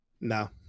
No